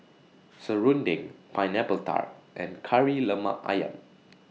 Serunding Pineapple Tart and Kari Lemak Ayam